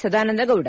Sadananda Gowda